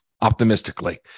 optimistically